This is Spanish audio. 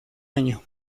año